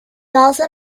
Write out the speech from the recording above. also